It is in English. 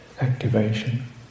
activation